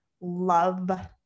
love